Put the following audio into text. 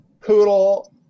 poodle